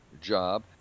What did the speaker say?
job